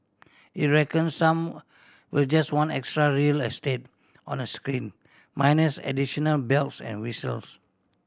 it reckon some will just want extra real estate on a screen minus additional bells and whistles